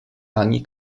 ani